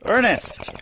Ernest